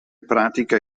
pratica